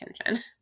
attention